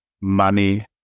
money